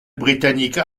britannique